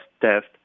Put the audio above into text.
test